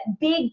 big